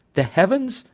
the heavens,